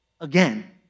again